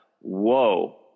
whoa